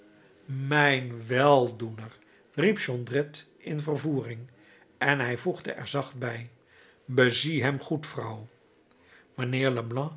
mijn weldoener riep jondrette in vervoering en hij voegde er zacht bij bezie hem goed vrouw